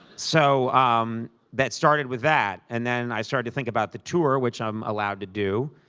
so um that started with that. and then i started to think about the tour, which i'm allowed to do.